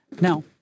Now